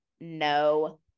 no